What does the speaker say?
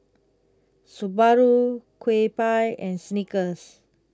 Subaru Kewpie and Snickers